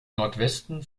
nordwesten